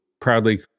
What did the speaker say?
proudly